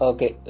Okay